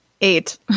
Eight